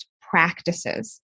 practices